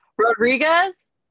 Rodriguez